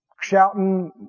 shouting